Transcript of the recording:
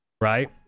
right